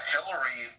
Hillary